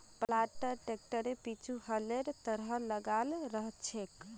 planter ट्रैक्टरेर पीछु हलेर तरह लगाल रह छेक